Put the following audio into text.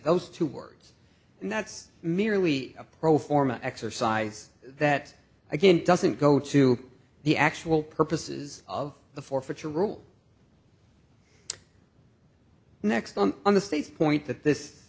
those two words and that's merely a pro forma exercise that again doesn't go to the actual purposes of the forfeiture rule next on the state's point that this